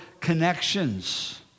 connections